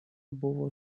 buvo